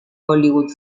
hollywood